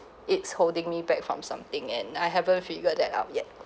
it's holding me back from something and I haven't figured that out yet